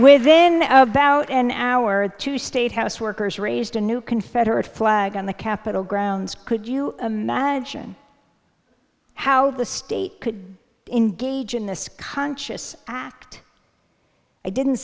within about an hour or two state house workers raised a new confederate flag on the capitol grounds could you imagine how the state could engage in this conscious act i didn't